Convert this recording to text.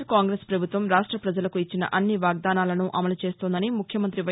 are Congress ప్రభుత్వం రాష్ట ప్రజలకు ఇచ్చిన అన్నివాగ్దానాలను అమలు చేస్తోందని ముఖ్యమంత్రి వై